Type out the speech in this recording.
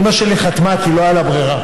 אימא שלי חתמה, כי לא הייתה לה ברירה,